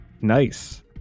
Nice